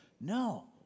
No